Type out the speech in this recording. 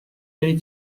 play